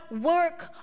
work